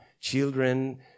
children